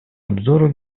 обзору